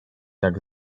tak